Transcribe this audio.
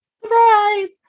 Surprise